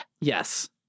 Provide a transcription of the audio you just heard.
yes